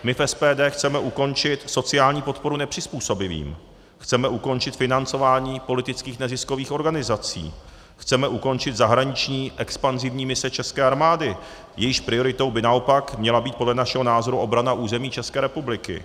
My v SPD chceme ukončit sociální podporu nepřizpůsobivým, chceme ukončit financování politických neziskových organizací, chceme ukončit zahraniční expanzivní mise české armády, jejíž prioritou by naopak měla být podle našeho názoru obrana území České republiky.